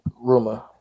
rumor